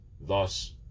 Thus